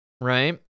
right